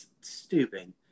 stupid